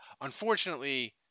unfortunately